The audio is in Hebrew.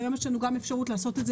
והיום יש לנו גם אפשרות לעשות את זה